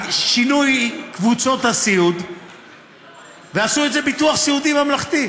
שינוי את קבוצות הסיעוד ועשו את זה ביטוח סיעודי ממלכתי.